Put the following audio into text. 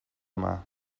yma